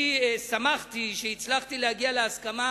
שמחתי שהצלחתי להגיע להסכמה.